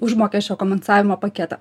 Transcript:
užmokesčio kompensavimo paketą